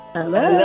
Hello